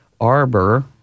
arbor